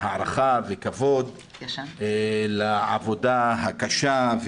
הערכה וכבוד על העבודה הקשה,